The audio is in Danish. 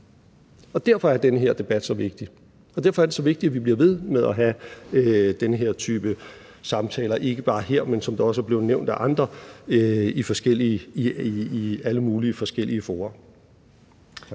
derfor er den her debat så vigtig, og derfor er det så vigtigt, at vi bliver ved med at have den her type samtaler. Ikke bare her, men som det også er blevet nævnt af andre, i alle mulige forskellige fora.